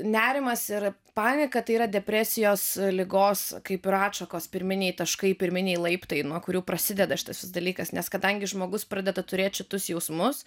nerimas ir panika tai yra depresijos ligos kaip ir atšakos pirminiai taškai pirminiai laiptai nuo kurių prasideda šitas visas dalykas nes kadangi žmogus pradeda turėti šiltus jausmus